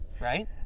Right